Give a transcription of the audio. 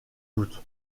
doute